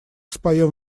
споем